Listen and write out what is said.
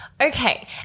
Okay